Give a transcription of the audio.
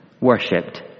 Worshipped